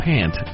Pant